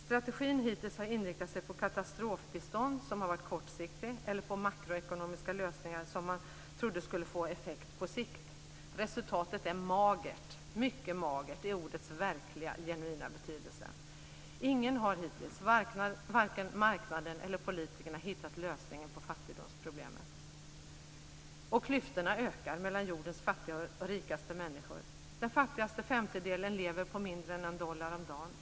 Strategin hittills har inriktat sig på katastrofbistånd, som har varit kortsiktigt, eller på makroekonomiska lösningar, som man trodde skulle få effekt på sikt. Resultatet är mycket magert i ordets verkliga betydelse. Ingen, varken marknaden eller politikerna, har hittills hittat lösningen på fattigdomsproblemet. Klyftorna ökar mellan jordens fattigaste och rikaste människor. Den fattigaste femtedelen lever på mindre än en dollar om dagen.